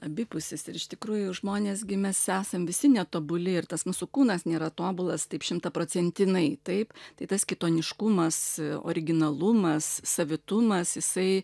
abipusis ir iš tikrųjų žmonės gi mes esam visi netobuli ir tas mūsų kūnas nėra tobulas taip šimtaprocentiniai taip tai tas kitoniškumas originalumas savitumas jisai